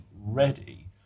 ready